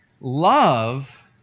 love